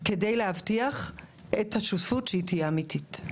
כדי להבטיח את השותפות כך שהיא תהיה אמיתית.